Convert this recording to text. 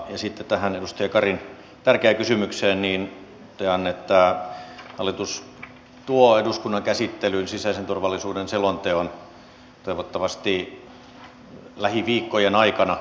sitten tähän edustaja karin tärkeään kysymykseen totean että hallitus tuo eduskunnan käsittelyyn sisäisen turvallisuuden selonteon toivottavasti lähiviikkojen aikana